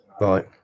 right